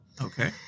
Okay